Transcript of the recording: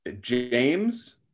James